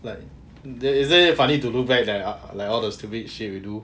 like isn't it funny to look back like all the stupid shit you do